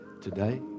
today